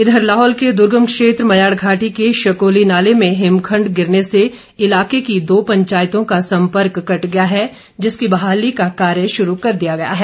इधर लाहौल के दर्गम क्षेत्र म्याड़ घाटी के शकोली नाले में हिमखंड गिरने से इलाके की दो पंचायतों का संपर्क कट गया है जिसकी बहाली का कार्य शुरू कर दिया गया है